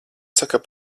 saka